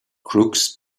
crooks